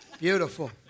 Beautiful